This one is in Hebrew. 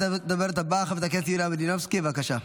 הדוברת הבאה, חברת הכנסת יוליה מלינובסקי, בבקשה.